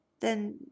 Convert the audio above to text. Then